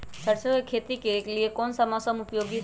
सरसो की खेती के लिए कौन सा मौसम उपयोगी है?